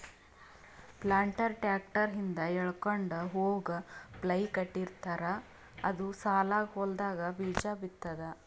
planter tractor ಹಿಂದ್ ಎಳ್ಕೊಂಡ್ ಹೋಗಪ್ಲೆ ಕಟ್ಟಿರ್ತಾರ್ ಅದು ಸಾಲಾಗ್ ಹೊಲ್ದಾಗ್ ಬೀಜಾ ಬಿತ್ತದ್